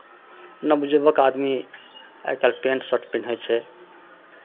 नवयुवक आदमी आइ काल्हि पेंट शर्ट पेन्है छै